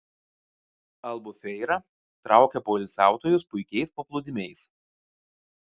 albufeira traukia poilsiautojus puikiais paplūdimiais